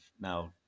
now